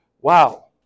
wow